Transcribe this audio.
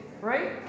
right